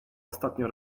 ostatnio